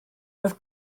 oedd